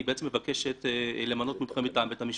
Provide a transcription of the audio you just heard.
היא מבקשת למנות מומחה מטעם בית המשפט.